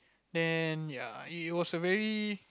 then ya it was a very